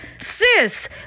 Sis